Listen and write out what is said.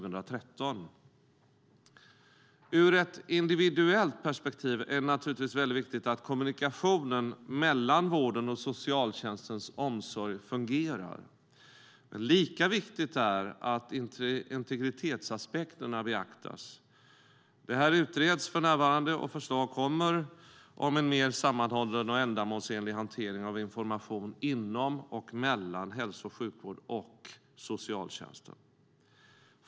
Ur ett individuellt perspektiv är det naturligtvis viktigt att kommunikationen mellan vården och socialtjänstens omsorg fungerar. Lika viktigt är det att integritetsaspekterna beaktas. Det här utreds för närvarande, och förslag kommer om en mer sammanhållen och ändamålsenlig hantering av information inom och mellan hälso och sjukvård och socialtjänsten.